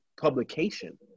publication